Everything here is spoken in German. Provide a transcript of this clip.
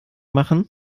machen